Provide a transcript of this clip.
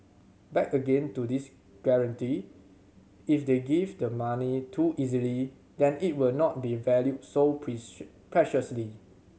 back again to this guarantee if they give the money too easily then it will not be valued so preciously